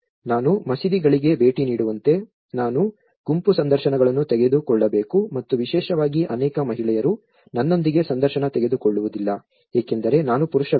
ನಾನು ಮಸೀದಿಗಳಿಗೆ ಭೇಟಿ ನೀಡುವಂತೆ ನಾನು ಗುಂಪು ಸಂದರ್ಶನಗಳನ್ನು ತೆಗೆದುಕೊಳ್ಳಬೇಕು ಮತ್ತು ವಿಶೇಷವಾಗಿ ಅನೇಕ ಮಹಿಳೆಯರು ನನ್ನೊಂದಿಗೆ ಸಂದರ್ಶನ ತೆಗೆದುಕೊಳ್ಳುವುದಿಲ್ಲ ಏಕೆಂದರೆ ನಾನು ಪುರುಷ ವ್ಯಕ್ತಿ